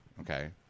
Okay